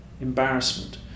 embarrassment